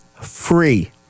free